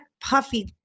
Puffy